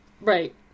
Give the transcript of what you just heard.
Right